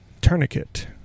tourniquet